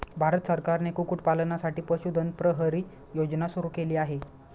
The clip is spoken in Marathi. भारत सरकारने कुक्कुटपालनासाठी पशुधन प्रहरी योजना सुरू केली आहे